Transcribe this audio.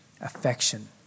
affection